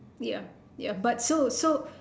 ya ya but so so